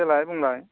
देलाय बुंलाय